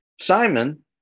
Simon